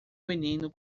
menino